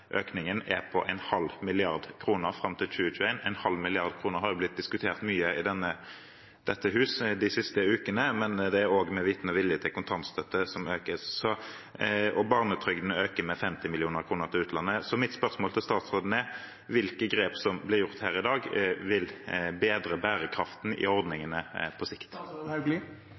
økningen er på en halv milliard kroner fram til 2021. En halv milliard kroner har jo blitt diskutert mye i dette hus de siste ukene, til kontantstøtten som økes, men det er også med vitende og vilje. Og barnetrygden til utlandet øker med 50 mill. kr. Mitt spørsmål til statsråden er: Hvilke grep som blir gjort her i dag, vil bedre bærekraften i ordningene på sikt?